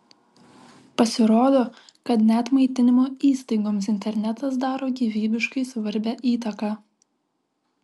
pasirodo kad net maitinimo įstaigoms internetas daro gyvybiškai svarbią įtaką